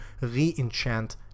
re-enchant